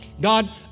God